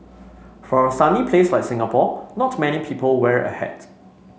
for a sunny place like Singapore not many people wear a hat